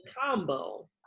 combo